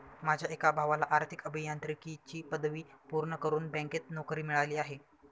माझ्या एका भावाला आर्थिक अभियांत्रिकीची पदवी पूर्ण करून बँकेत नोकरी मिळाली आहे